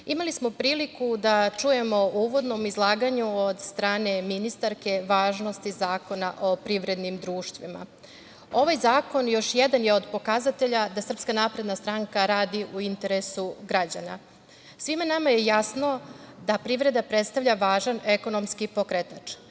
imali smo priliku da čujemo u uvodnom izlaganju od strane ministarke važnosti Zakona o privrednim društvima. Ovaj zakon još jedan je od pokazatelja da SNS radi u interesu građana. Svima nama je jasno da privreda predstavlja važan ekonomski pokretač.